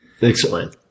Explain